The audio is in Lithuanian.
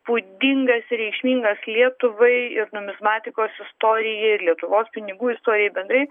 būdingas reikšmingas lietuvai ir numizmatikos istorijai lietuvos pinigų istorijai bendrai